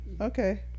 okay